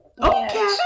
okay